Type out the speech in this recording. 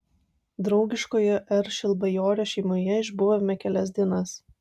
draugiškoje r šilbajorio šeimoje išbuvome kelias dienas